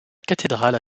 cathédrale